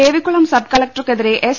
Devikulam sub കളക്ടർക്കെതിരെ S